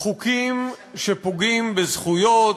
חוקים שפוגעים בזכויות,